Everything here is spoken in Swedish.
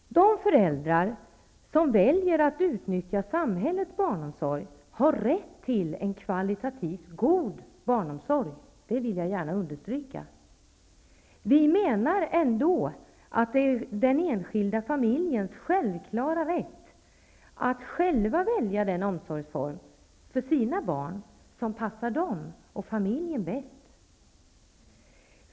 De föräldrar som väljer att utnyttja samhällets barnomsorg har rätt till en kvalitativt god barnomsorg. Det vill jag gärna understryka. Vi menar ändå att det är den enskilda familjens självklara rätt att själv välja den omsorgsform för sina barn som passar den familjen bäst.